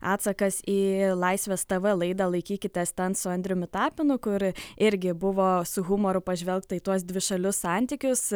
atsakas į laisvės tv laidą laikykitės ten su andriumi tapinu kur irgi buvo su humoru pažvelgta į tuos dvišalius santykius